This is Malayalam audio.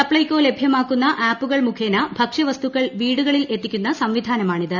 സപ്ലൈകോ ലഭ്യമാക്കുന്ന ആപ്പുകൾ മുഖേന ഭക്ഷ്യ വസ്തുക്കൾ വീടുകളിൽ എത്തിക്കുന്ന സംവിധാനമാ ണിത്